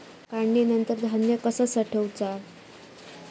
काढणीनंतर धान्य कसा साठवुचा?